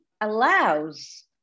allows